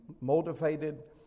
motivated